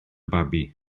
babi